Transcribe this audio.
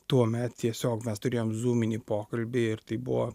tuomet tiesiog mes turėjom zūminį pokalbį ir tai buvo